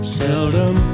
seldom